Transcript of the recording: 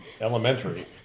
elementary